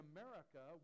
America